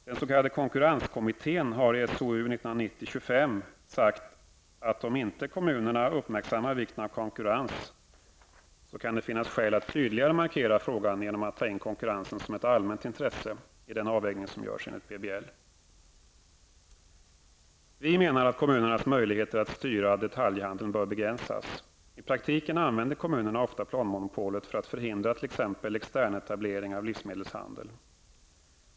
Den s.k. konkurrenskommittén har i SoU 1990:25 sagt att om inte kommunerna uppmärksammar vikten av konkurrens kan det finnas skäl att tydligare markera frågan genom att ta in konkurrensen som ett allmänt intresse i den avvägning som görs enligt PBL. Vi menar att kommunernas möjligheter att styra detaljhandeln bör begränsas. I praktiken använder kommunerna ofta planmonopolet för att förhindra t.ex. externetablering av livsmedelshandel.